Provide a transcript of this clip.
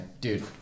dude